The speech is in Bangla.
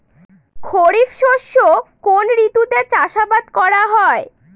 খরিফ শস্য কোন ঋতুতে চাষাবাদ করা হয়?